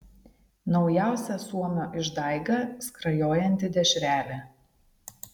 naujausia suomio išdaiga skrajojanti dešrelė